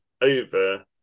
over